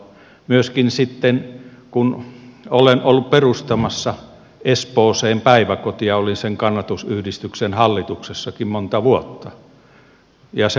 myöskin sitten olen ollut perustamassa espooseen päiväkotia olin sen kannatusyhdistyksen hallituksessakin monta vuotta